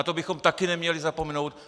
A na to bychom taky neměli zapomenout.